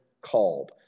called